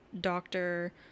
doctor